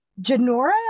Janora